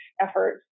efforts